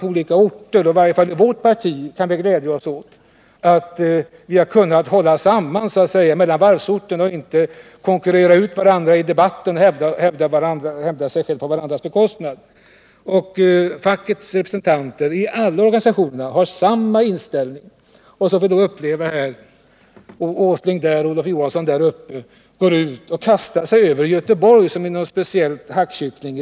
I vårt parti i varje fall kan vi glädja oss åt att vi har kunnat hålla ihop mellan varvsorterna, som inte försökt konkurrera ut varandra eller hävda sig på varandras bekostnad. Fackets representanter i samtliga organisationer har samma inställning. Så får vi då här uppleva hur Nils Åsling, som är uppifrån Jämtland, och Olof Johansson, som är härifrån Stockholm, i den här diskussionen kastar sig över Göteborg som en speciell hackkyckling.